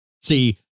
See